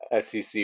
SEC